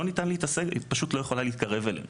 להתקרב אליהם.